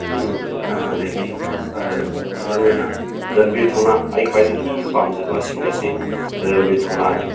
ꯑꯗꯒꯤ ꯃꯔꯨ ꯑꯣꯏꯅ ꯔꯟꯕꯤꯔ ꯊꯧꯅꯥ ꯑꯩ ꯈ꯭ꯋꯥꯏꯗꯒꯤ ꯄꯥꯝꯖꯕ ꯁꯤꯡꯒꯔꯁꯦ ꯔꯟꯕꯤꯔ ꯊꯧꯅꯥꯅꯤ